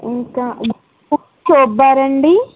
ఇంకా soap bar అండీ